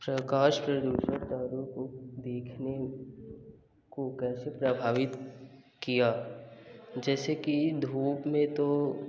प्रकाश प्रदूषण तारों को देखने को कैसे प्रभावित किया जैसे कि धूप में तो